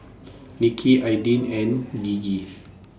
Nicky Aydin and Gigi